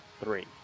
Three